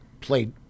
played